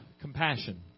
Compassion